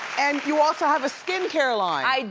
and you also have a skincare line.